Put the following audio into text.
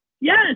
Yes